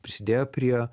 prisidėjo prie